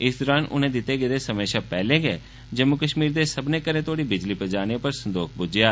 इस दौरान उनें दिते गेदे समे शा पहैले गै जम्मू कश्मीर दे सब्बने घरें तोड़ी बिजली पजाने उप्पर संदोख ब्जेया